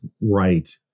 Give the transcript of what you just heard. right